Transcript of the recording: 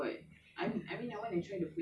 ya I want to try also